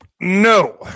No